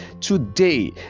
today